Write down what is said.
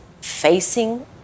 facing